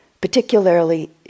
particularly